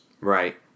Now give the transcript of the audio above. Right